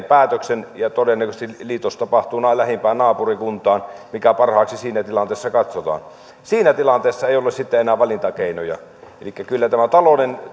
päätöksen ja todennäköisesti liitos tapahtuu lähimpään naapurikuntaan mikä parhaaksi siinä tilanteessa katsotaan siinä tilanteessa ei ole sitten enää valintakeinoja elikkä kyllä tämä talouden